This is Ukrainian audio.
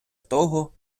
того